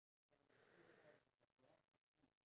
would you want to try it one day